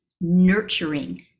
nurturing